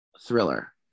thriller